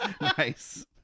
nice